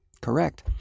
correct